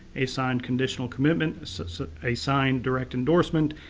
a signed conditional commitment, a signed direct endorsement,